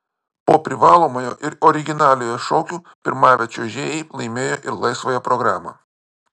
po privalomojo ir originaliojo šokių pirmavę čiuožėjai laimėjo ir laisvąją programą